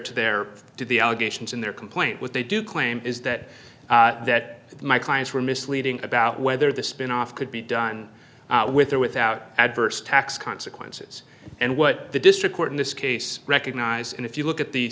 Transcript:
to there to the allegations in their complaint with they do claim is that that my clients were misleading about whether the spinoff could be done with or without adverse tax consequences and what the district court in this case recognized and if you look at the